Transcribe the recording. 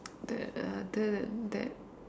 that other that